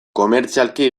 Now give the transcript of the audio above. komertzialki